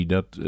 Dat